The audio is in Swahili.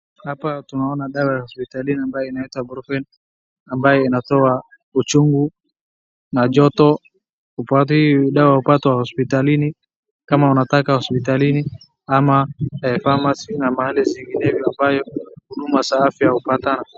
Hapa tunaona dawa ya hosipitalini ambayo inaitwa Bruphen, ambayo inatoa uchungu na joto. upate, hiyo dawa hupatwa hosipitalini, kama unataka hosipitalini ama pharmacy na mahali zingine ambayo huduma za afya hupatana.